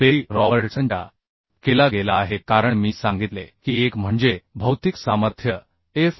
peri रॉबर्टसनच्या सिद्धांतानुसार तीन गोष्टींचा विचारकेला गेला आहे कारण मी सांगितले की एक म्हणजे भौतिक सामर्थ्य एफ